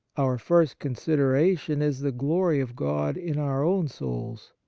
our first considera tion is the glory of god in our own souls.